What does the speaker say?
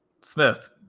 Smith